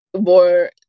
more